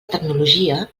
tecnologia